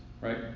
right